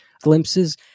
glimpses